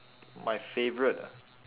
my favourite ah